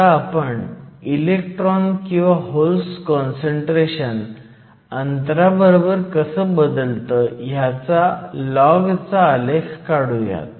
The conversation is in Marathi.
आता आपण इलेक्ट्रॉन किंवा होल्स काँसंट्रेशन अंतराबरोबर कसं बदलतं ह्याचा लॉग चा आलेख काढुयात